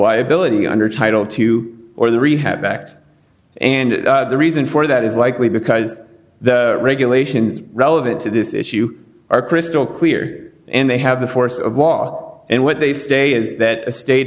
liability under title two or the rehab act and the reason for that is likely because the regulations relevant to this issue are crystal clear and they have the force of law and what they say is that the state